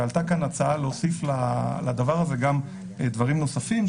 ועלתה כאן הצעה להוסיף לדבר הזה גם דברים נוספים,